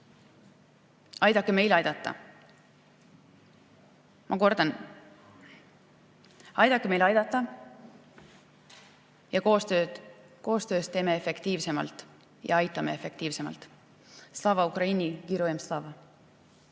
Aidake meil aidata! Ma kordan: aidake meil aidata ja koostöös teeme efektiivsemalt ja aitame efektiivsemalt. Slava Ukraini! Herojam slava! Aitäh